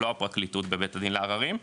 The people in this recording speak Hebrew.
לא הפרקליטות בבית דין לערערים,